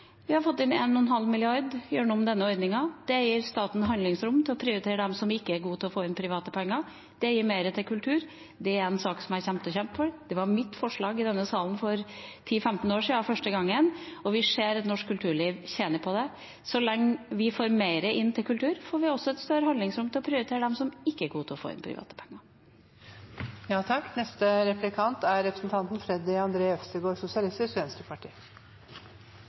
Vi har fått inn 1,5 mrd. kr gjennom denne ordningen. Det gir staten handlingsrom til å prioritere dem som ikke er gode til å få inn private penger. Det gir mer til kultur. Dette er en sak som jeg kommer til å kjempe for. Det var mitt forslag i denne salen – første gang for 10–15 år siden. Vi ser at norsk kulturliv tjener på det. Så lenge vi får inn mer til kultur, får vi også et større handlingsrom til å prioritere dem som ikke er gode til å få inn private penger. Det har vært en litt interessant diskusjon her. Vi har bl.a. fått høre at denne regjeringen er